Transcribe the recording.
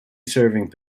serving